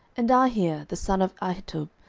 and ahiah, the son of ahitub,